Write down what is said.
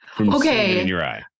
Okay